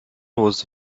was